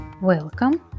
Welcome